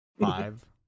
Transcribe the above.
five